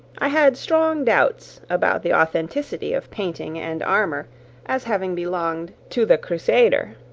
i had strong doubts about the authenticity of painting and armour as having belonged to the crusader,